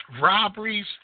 robberies